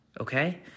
okay